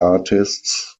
artists